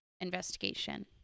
investigation